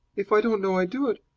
if i don't know i do it,